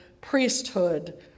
priesthood